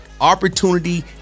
opportunity